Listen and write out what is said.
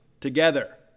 together